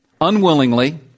unwillingly